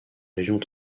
régions